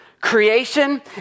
creation